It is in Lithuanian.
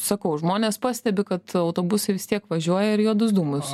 sakau žmonės pastebi kad autobusai vis tiek važiuoja ir juodus dūmus